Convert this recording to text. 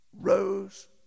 rose